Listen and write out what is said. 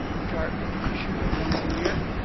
which are issued once a year,